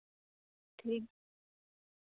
ᱴᱷᱤᱠ